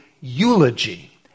eulogy